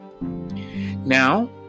Now